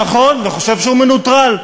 נכון, חושב שהוא מנוטרל,